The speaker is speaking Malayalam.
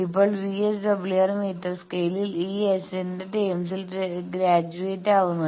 ഇപ്പോൾ VSWR മീറ്റർ സ്കെയിൽ ഈ S ന്റെ ടെമിൽ ഗ്രാജുവേറ്റ് ആവുന്ന